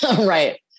right